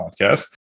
Podcast